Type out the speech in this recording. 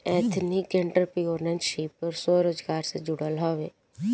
ethnic entrepreneurship स्वरोजगार से जुड़ल हवे